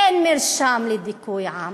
אין מרשם לדיכוי עם